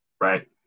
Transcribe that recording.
right